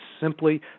simply